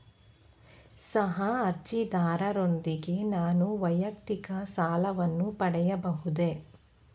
ಸಹ ಅರ್ಜಿದಾರರೊಂದಿಗೆ ನಾನು ವೈಯಕ್ತಿಕ ಸಾಲವನ್ನು ಪಡೆಯಬಹುದೇ?